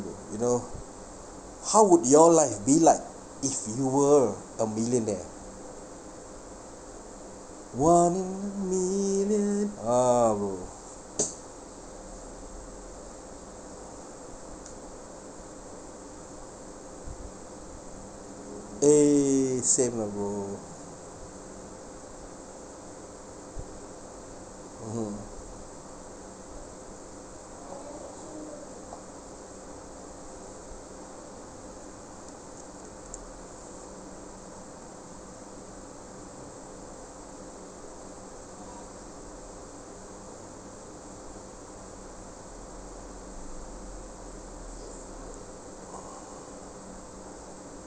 bro you know how would you all like be like if you were a millionaire one million ah bro eh same lah bro mmhmm